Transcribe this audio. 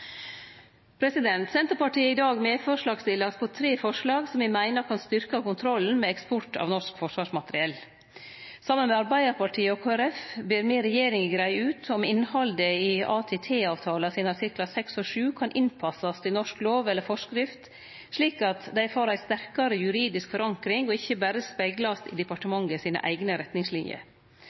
Senterpartiet er i dag medforslagsstillar på tre forslag som me meiner kan styrkje kontrollen med eksport av norsk forsvarsmateriell. Saman med Arbeidarpartiet og Kristeleg Folkeparti ber me regjeringa greie ut om innhaldet i ATT-avtala sine artiklar 6 og 7 kan innpassast i norsk lov eller forskrift, slik at det får ei sterkare juridisk forankring og ikkje berre speglast i departementet sine eigne retningslinjer.